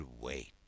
wait